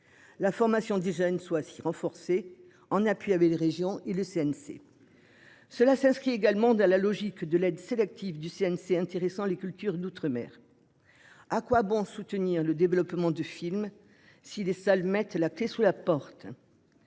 La formation des jeunes soit 6 renforcée en appui avec les régions et le CNC. Cela s'inscrit également dans la logique de l'aide sélective du CNC intéressant les cultures d'Outre-mer. À quoi bon, soutenir le développement du film. Si les salles mettent la clé sous la porte.